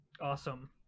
Awesome